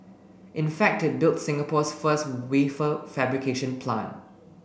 in fact it built Singapore's first wafer fabrication plant